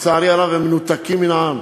לצערי הרב, הם מנותקים מן העם,